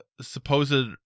supposed